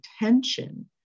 attention